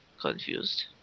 Confused